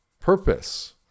Purpose